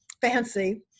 fancy